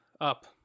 Up